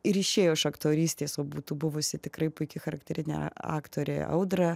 ir išėjo iš aktorystės o būtų buvusi tikrai puiki charakterinė aktorė audra